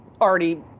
already